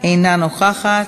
אינה נוכחת.